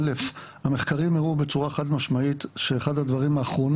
א' המחקרים הראו בצורה חד משמעית שאחד הדברים האחרונים